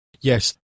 Yes